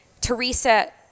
Teresa